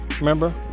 remember